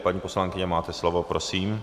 Paní poslankyně, máte slovo, prosím.